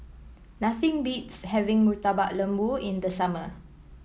nothing beats having Murtabak Lembu in the summer